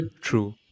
true